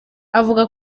avuga